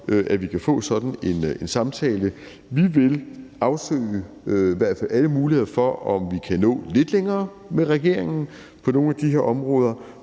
at vi kan få sådan en samtale. Vi vil i hvert fald afsøge alle muligheder for, om vi kan nå lidt længere med regeringen på nogle af de her områder,